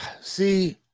See